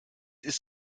ist